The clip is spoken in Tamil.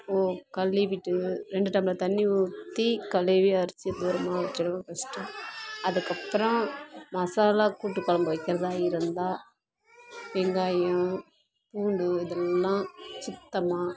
ஒ கழுவிட்டு ரெண்டு டம்ளர் தண்ணி ஊற்றி கழுவி அரிசியை தூரமாக வச்சுடுவேன் ஃபஸ்ட்டு அதுக்கப்புறம் மசாலா கூட்டுக் குழம்பு வைக்கிறதா இருந்தால் வெங்காயம் பூண்டு இதெல்லாம் சுத்தமாக